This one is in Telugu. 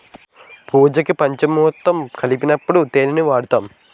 పూజకి పంచామురుతం కలిపినప్పుడు తేనిని వాడుతాము